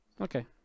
Okay